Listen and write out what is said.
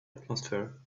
atmosphere